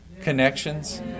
connections